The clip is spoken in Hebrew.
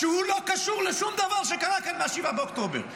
שהוא לא קשור לשום דבר שקרה כאן מאז 7 באוקטובר.